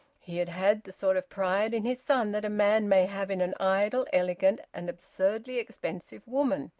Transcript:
he had had the sort of pride in his son that a man may have in an idle, elegant, and absurdly expensive woman.